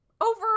Over